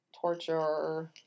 torture